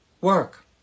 work